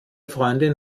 freundin